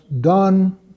done